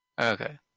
Okay